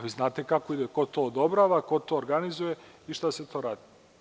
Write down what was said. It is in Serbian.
Vi znate kako to ide, ko to odobrava, ko to organizuje i šta se tu radi.